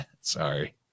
Sorry